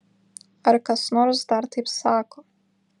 ar kas nors dar taip sako